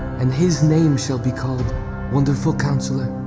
and his name shall be called wonderful counselor,